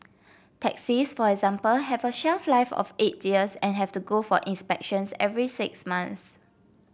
taxis for example have a shelf life of eight years and have to go for inspections every six months